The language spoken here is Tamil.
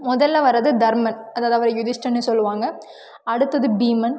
மொதலில் வரது தர்மன் அதாவது அவரை யுதிஷ்ட்ரன்னு சொல்லுவாங்க அடுத்தது பீமன்